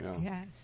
yes